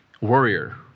warrior